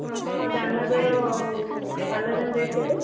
ହଁ ଆପଣଙ୍କ ଦାନାଦର ଆଉ କାଲାଜାମ ରେଟ୍ କେତେ